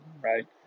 right